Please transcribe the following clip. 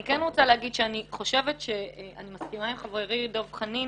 אני כן רוצה להגיד שאני מסכימה עם חברי דב חנין